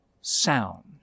sound